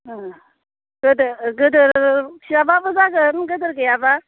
गोदोर फिसाब्लाबो जागोन गोदोर गैयाब्ला